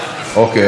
אוקיי.